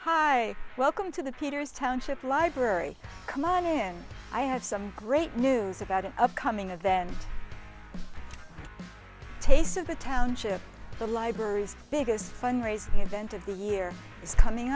hi welcome to the peters township library come on in i have some great news about an upcoming of then taste of the township the library's biggest fund raising event of the year is coming